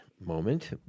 moment